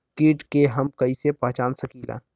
कीट के हम कईसे पहचान सकीला